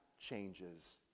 changes